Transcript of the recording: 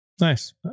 nice